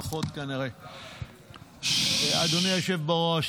אדוני היושב-ראש,